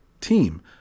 team